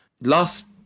Last